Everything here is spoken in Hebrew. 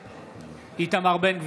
בעד איתמר בן גביר,